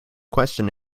question